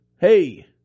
Hey